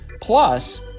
Plus